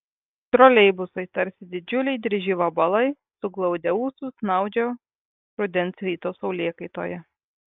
troleibusai tarsi didžiuliai dryži vabalai suglaudę ūsus snaudžia rudens ryto saulėkaitoje